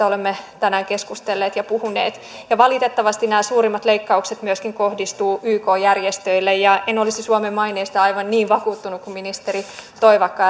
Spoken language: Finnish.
olemme tänään keskustelleet ja puhuneet valitettavasti nämä suurimmat leikkaukset myöskin kohdistuvat yk järjestöille ja en olisi suomen maineesta aivan niin vakuuttunut kuin ministeri toivakka